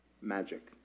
Magic